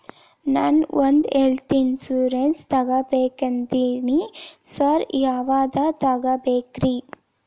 ನಾನ್ ಒಂದ್ health insurance ತಗಬೇಕಂತಿದೇನಿ sir ಯಾವದ ತಗಬೇಕ್ರಿ?